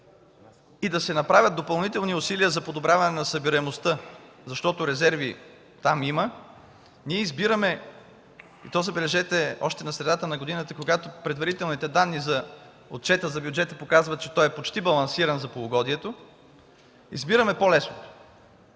и да се направят допълнителни усилия за подобряване на събираемостта, защото резерви там има, избираме – и то забележете, още в средата на годината, когато предварителните данни за отчета за бюджета показват, че той е почти балансиран за полугодието, по-лесното: